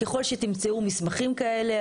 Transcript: ככל שתמצאו מסמכים כאלה,